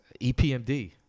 epmd